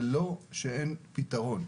זה לא שאין פתרון.